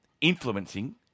influencing